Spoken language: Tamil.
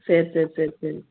சரி சரி சரி சரி